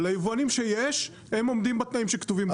אבל היבואנים שיש הם עומדים בתנאים שכתובים.